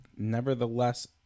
Nevertheless